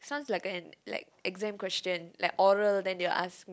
sounds like an like exam question like oral then you ask me